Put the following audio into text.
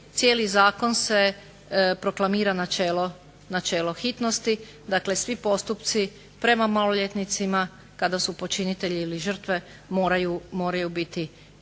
cijeli zakon se proklamira načelo hitnosti. Dakle, svi postupci prema maloljetnicima kada su počinitelji ili žrtve moraju biti